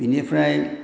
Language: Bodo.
बिनिफ्राय